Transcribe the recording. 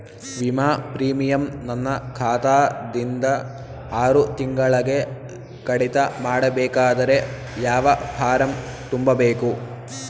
ವಿಮಾ ಪ್ರೀಮಿಯಂ ನನ್ನ ಖಾತಾ ದಿಂದ ಆರು ತಿಂಗಳಗೆ ಕಡಿತ ಮಾಡಬೇಕಾದರೆ ಯಾವ ಫಾರಂ ತುಂಬಬೇಕು?